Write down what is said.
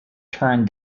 turned